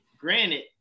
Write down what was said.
Granted